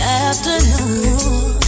afternoon